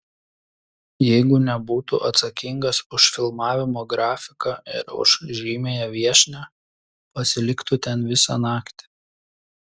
jeigu nebūtų atsakingas už filmavimo grafiką ir už žymiąją viešnią pasiliktų ten visą naktį